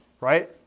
right